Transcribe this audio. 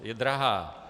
Je drahá.